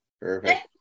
Perfect